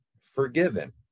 forgiven